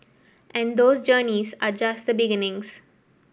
and those journeys are just the beginnings